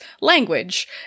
language